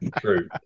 true